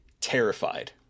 terrified